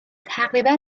تقریبا